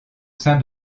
sein